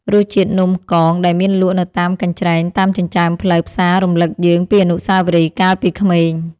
រសជាតិនំកងដែលមានលក់នៅតាមកញ្ច្រែងតាមចិញ្ចើមផ្លូវផ្សាររំលឹកយើងពីអនុស្សាវរីយ៍កាលពីក្មេង។